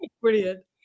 brilliant